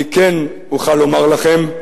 אני כן אוכל לומר לכם,